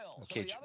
Okay